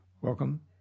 Welcome